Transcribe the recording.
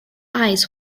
eyes